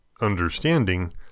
understanding